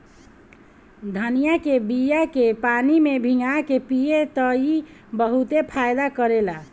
धनिया के बिया के पानी में भीगा के पिय त ई बहुते फायदा करेला